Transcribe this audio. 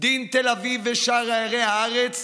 דין תל אביב ושאר ערי הארץ